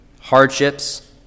hardships